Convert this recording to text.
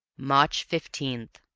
march fifteenth.